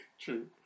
True